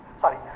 sorry